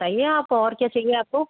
बताइए आप और क्या चाहिए आपको